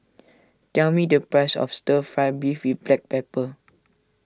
tell me the price of Stir Fry Beef with Black Pepper